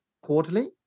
quarterly